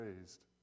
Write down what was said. raised